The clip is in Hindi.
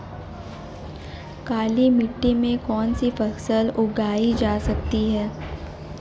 काली मिट्टी में कौनसी फसल उगाई जा सकती है?